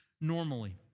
normally